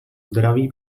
zdraví